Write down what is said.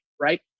right